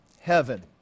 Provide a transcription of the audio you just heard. heaven